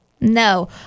No